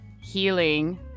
healing